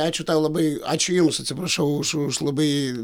ačiū tau labai ačiū jums atsiprašau už labai